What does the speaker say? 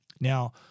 Now